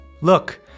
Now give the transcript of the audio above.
Look